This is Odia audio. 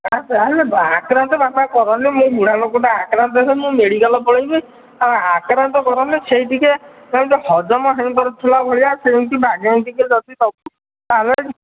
ଚା ଚାଲେ ବା ଆକ୍ରାନ୍ତ ବାପା କରନି ମୁଁ ବୁଢ଼ା ଲୋକଟା ଆକ୍ରାନ୍ତ ହେଲେ ମୁଁ ମେଡ଼ିକାଲ ପଳାଇବି ଆଉ ଆକ୍ରାନ୍ତ କରନି ସେହି ଟିକେ ଯେମିତି ହଜମ ହେଇପାରୁଥିଲା ଭଳିଆ ସେମିତି ବାଗେଇକି ଟିକେ ଯଦି ଦେବୁ ତା'ହେଲେ ଯିବି